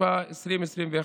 התשפ"א 2021,